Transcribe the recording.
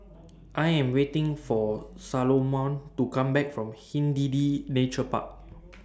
I Am waiting For Salomon to Come Back from Hindhede Nature Park